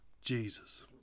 Jesus